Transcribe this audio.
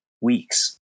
weeks